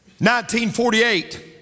1948